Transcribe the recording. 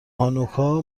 هانوکا